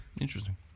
Interesting